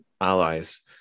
allies